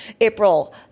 April